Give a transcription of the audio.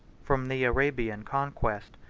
from the arabian conquest,